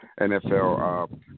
NFL